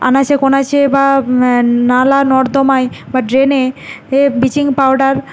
আনাচেকোনাচে বা নালা নর্দমায় বা ড্রেনে এ ব্লিচিং পাউডার